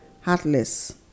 heartless